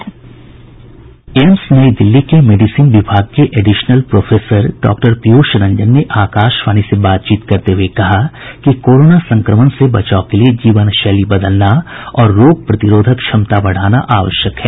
अखिल भारतीय आयुर्विज्ञान संस्थान एम्स नई दिल्ली के मेडिसिन विभाग के additional professor Dr Piyush Ranjan ने आकाशवाणी से बातचीत करते हुए कहा कि कोरोना संक्रमण से बचाव के लिये जीवनशैली बदलना और रोग प्रतिरोधक क्षमता बढ़ाना आवश्यक है